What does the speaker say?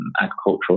agricultural